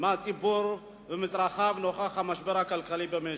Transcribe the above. מהציבור ומצרכיו נוכח המשבר הכלכלי במשק.